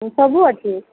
ହଁ ସବୁ ଅଛେ